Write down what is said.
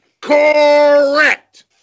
Correct